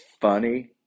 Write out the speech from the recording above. funny